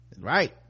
right